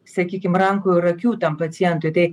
sakykim rankų ir akių tam pacientui tai